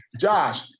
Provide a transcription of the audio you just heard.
Josh